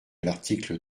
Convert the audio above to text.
l’article